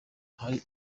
ahari